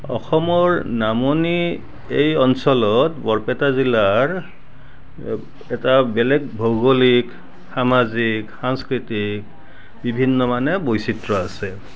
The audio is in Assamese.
অসমৰ নামনিৰ এই অঞ্চলৰ বৰপেটা জিলাৰ এটা বেলেগ ভৌগোলিক সামাজিক সাংস্কৃতিক বিভিন্ন মানে বৈচিত্ৰ্য আছে